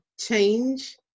change